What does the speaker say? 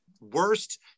worst